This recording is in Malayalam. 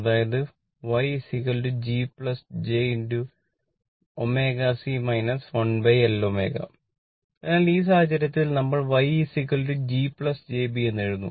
അതിനാൽ ഈ സാഹചര്യത്തിൽ നമ്മൾ YG jB എന്ന് എഴുതുന്നു